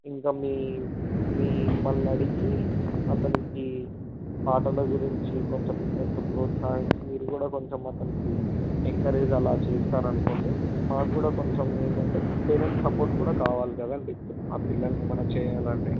ఇంకా మీ మిమ్మల్ని అడిగి అతనికి పాటల గురించి ఇంకొంచెం ఇంకొంచెం ప్రోత్సహించి మీరు కూడా కొంచెం అతనికి ఎన్కరేజ్ అలా చేసారు అనుకోండి మాకు కూడా కొంచెం ఏంటంటే పేరెంట్స్ సపోర్ట్ కూడా కావాలి కదండి ఇప్పుడు ఆ పిల్లలు ఏమైన చేయాలి అంటే